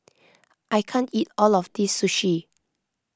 I can't eat all of this Sushi